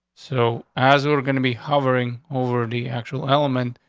so as we were going to be hovering over the actual element,